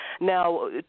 Now